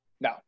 No